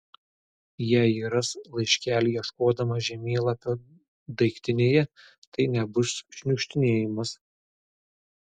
jei ji ras laiškelį ieškodama žemėlapio daiktinėje tai nebus šniukštinėjimas